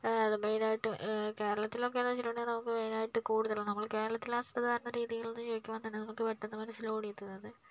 അത് മെയിനായിട്ടും കേരളത്തിലോക്കെന്ന് വച്ചിട്ടുണ്ടെങ്കിൽ നമുക്ക് മെയിനായിട്ട് കൂടുതല് നമ്മള് കേരളത്തിലെ അവസ്ഥ വേറെ തന്നെ രീതിയിൽ നമുക്ക് പെട്ടന്ന് മനസ്സിലോടിയെത്തുന്നത്